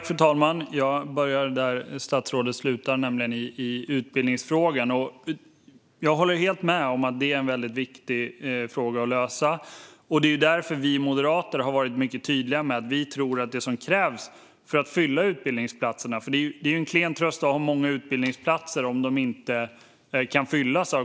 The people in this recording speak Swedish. Fru talman! Jag börjar där statsrådet slutade, i utbildningsfrågan. Jag håller med om att det är en viktig fråga att lösa, och därför har vi moderater varit tydliga med att vi tror att det som krävs för att fylla utbildningsplatserna är den särskilda lönesatsning som vi har föreslagit.